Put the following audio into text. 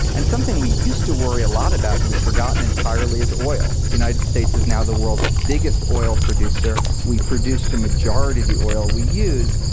and something we used to worry a lot about, and we've forgotten entirely, is oil. the united states is now the world's biggest oil producer. we produce the majority of the oil we use.